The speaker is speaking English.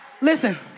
listen